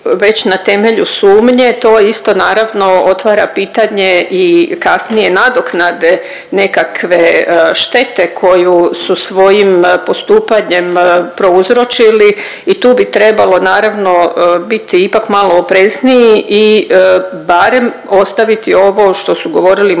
već na temelju sumnje, to isto, naravno, otvara pitanje i kasnije nadoknade nekakve štete koju su svojim postupanjem prouzročili i tu bi trebalo, naravno biti ipak malo oprezniji i barem ostaviti ovo što su govorili moji